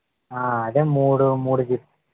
ఆ అదే మూడు మూడు జి